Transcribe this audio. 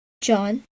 John